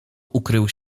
ukrył